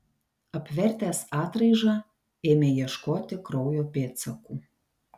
apvertęs atraižą ėmė ieškoti kraujo pėdsakų